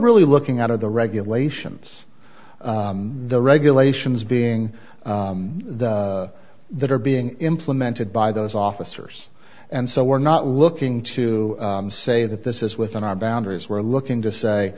really looking out of the regulations the regulations being the that are being implemented by those officers and so we're not looking to say that this is within our boundaries we're looking to say